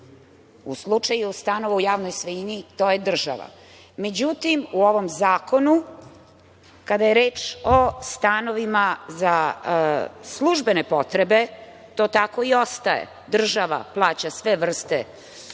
U slučaju stanova u javnoj svojini to je država.Međutim, u ovom zakonu, kada je reč o stanovima za službene potrebe, to tako i ostaje. Država plaća sva četiri